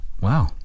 wow